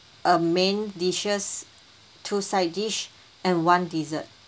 a main dishes two side dish and one dessert